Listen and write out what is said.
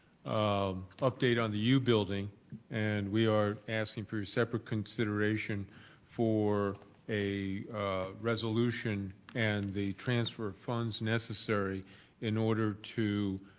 um update on the u building and we are asking for your separate consideration for a resolution and the transfer funds necessary in order to